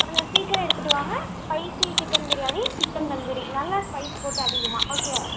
கொஞ்சம் சீக்கிரம் எடுத்துகிட்டு வாங்க spicy chicken biryani chicken tandoori நல்லா ஸ்பைஸ் போட்டு அதிகமாக ஓகேயா